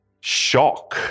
shock